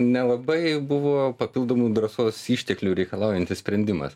nelabai buvo papildomų drąsos išteklių reikalaujantis sprendimas